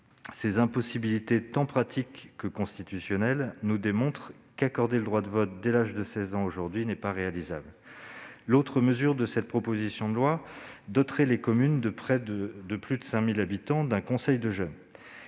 Ces impossibilités, tant pratiques que constitutionnelles démontrent qu'accorder le droit de vote dès l'âge de 16 ans n'est, aujourd'hui, pas réalisable. L'autre mesure de cette proposition de loi doterait les communes de plus de 5 000 habitants d'un conseil de jeunes.